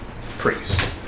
priest